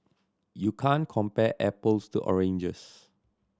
you can't compare apples to oranges